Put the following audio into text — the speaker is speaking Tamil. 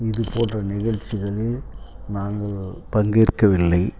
இதுபோன்ற நிகழ்ச்சிகளில் நாங்கள் பங்கேற்கவில்லை